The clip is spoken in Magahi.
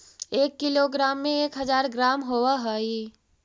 एक किलोग्राम में एक हज़ार ग्राम होव हई